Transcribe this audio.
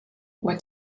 what